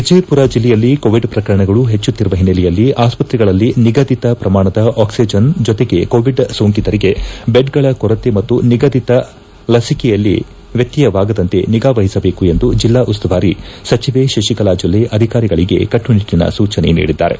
ವಿಜಯಪುರ ಜಿಲ್ಲೆಯಲ್ಲಿ ಕೋವಿಡ್ ಪ್ರಕರಣಗಳು ಹೆಚ್ಚುತ್ತಿರುವ ಹಿನ್ನೆಲೆಯಲ್ಲಿ ಆಸ್ಪತ್ರೆಗಳಲ್ಲಿ ನಿಗದಿತ ಪ್ರಮಾಣದ ಆಕ್ಸಿಜನ್ ಜೊತೆಗೆ ಕೋವಿಡ್ ಸೋಂಕಿತರಿಗೆ ಬೆಡ್ಗಳ ಕೊರತೆ ಮತ್ತು ನಿಗದಿತ ಲಸಿಕೆಯಲ್ಲಿ ವ್ಯತ್ಯವಾಗದಂತೆ ನಿಗಾವಹಿಸಬೇಕೆಂದು ಬೆಲ್ಲಾ ಉಸ್ತುವಾರಿ ಸಚಿವೆ ಶಶಿಕಲಾ ಜೊಲ್ಲೆ ಅಧಿಕಾರಿಗಳಿಗೆ ಕಟ್ಟುನಿಟ್ಟನ ಸೂಚನೆ ನೀಡಿದ್ದಾರೆ